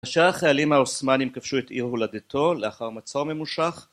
השאר החיילים האוסמאנים כפשו את עיר הולדתו לאחר מצור ממושך